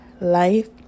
life